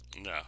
no